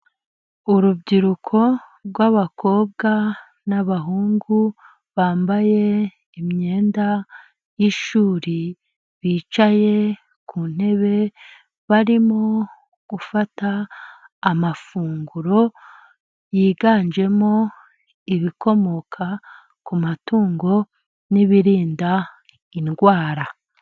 Urubyiruko rw'abakobwa n'abahungu bambaye imyenda y'ishuri, bicaye ku ntebe barimo gufata amafunguro yiganjemo ibikomoka ku matungo, n'ibirinda indwara.